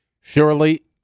Surely